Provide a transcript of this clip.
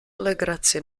legraci